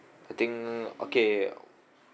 I think okay